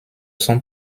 son